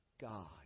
God